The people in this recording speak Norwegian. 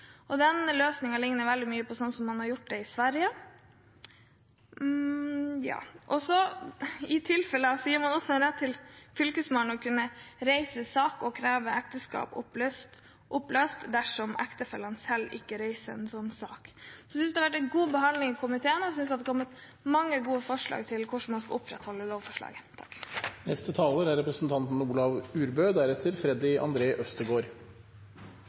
ligner veldig mye på den man har i Sverige. Man gir også Fylkesmannen rett til å kunne reise sak for å få ekteskapet oppløst dersom ektefellene selv ikke reiser en slik sak. Jeg synes det har vært en god behandling i komiteen, og jeg synes at det har kommet mange gode forslag til hvordan man skal opprettholde lovforslaget. Lovforslaget som no ligg føre, er